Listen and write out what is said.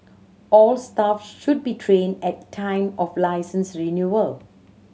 all staff should be trained at time of licence renewal